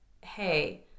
hey